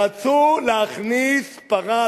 רצו להכניס פרה,